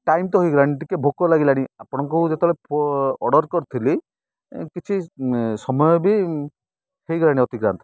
time ତ ହେଇଗଲାଣି ଟିକେ ଭୋକ ଲାଗିଲାଣି ଆପଣଙ୍କୁ ଯେତେବେଳେ ଅର୍ଡ଼ର କରିଥିଲି କିଛି ସମୟ ବି ହେଇଗଲାଣି ଅତିକ୍ରାନ୍ତ